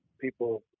people